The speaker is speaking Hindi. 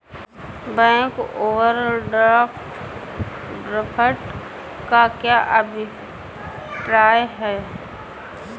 बैंक ओवरड्राफ्ट का क्या अभिप्राय है?